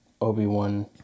Obi-Wan